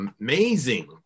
amazing